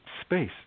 space